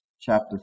chapter